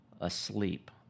asleep